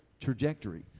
trajectory